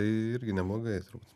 irgi neblogai turbūt